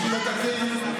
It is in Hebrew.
בשביל לתקן,